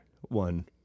one